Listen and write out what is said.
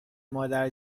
مادر